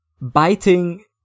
biting